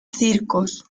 circos